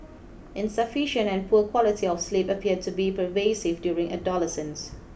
insufficient and poor quality of sleep appear to be pervasive during adolescence